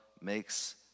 makes